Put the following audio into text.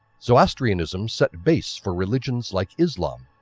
zoroastrianism set base for religions like islam,